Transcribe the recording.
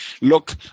Look